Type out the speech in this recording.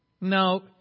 No